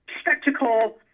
spectacle